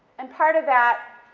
and part of that